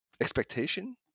expectation